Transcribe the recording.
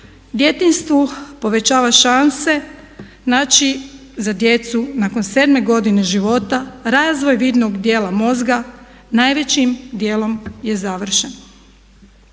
djetinjstvu povećava šanse, znači za djecu nakon 7 godine života, razvoj vidnog djela mozga najvećim djelom je završen.